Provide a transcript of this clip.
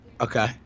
Okay